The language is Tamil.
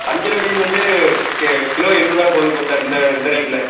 வஞ்சரை மீன் வந்து கே கிலோ எண்ணூருபா போகுது போ சார் இந்த இந்த ரேட்டில்